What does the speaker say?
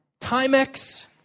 Timex